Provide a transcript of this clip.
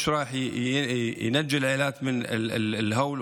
חוק כמו החוק הזה,